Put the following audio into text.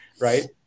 Right